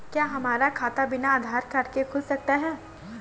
क्या हमारा खाता बिना आधार कार्ड के खुल सकता है?